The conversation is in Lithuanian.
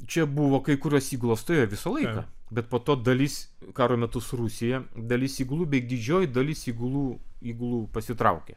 čia buvo kai kurios įgulos stovėjo visą laiką bet po to dalis karo metu su rusija dalis įgulų bei didžioji dalis įgulų įgulų pasitraukė